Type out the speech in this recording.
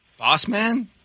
Bossman